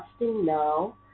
now